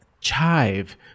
Chive